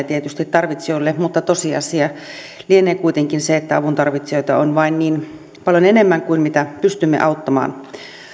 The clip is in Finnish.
tietysti tarvitsijoille mutta tosiasia lienee kuitenkin se että avuntarvitsijoita on vain niin paljon enemmän kuin mitä pystymme auttamaan